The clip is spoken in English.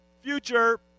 future